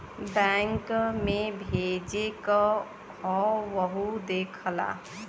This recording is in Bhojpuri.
बैंक मे भेजे क हौ वहु देख ला